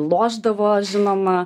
lošdavo žinoma